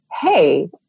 hey